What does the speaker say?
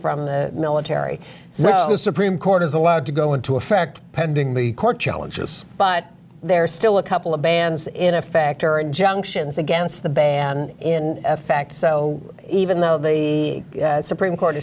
from the military so the supreme court is allowed to go into effect pending the court challenges but there are still a couple of bands in a factor injunctions against the ban in effect so even though the supreme court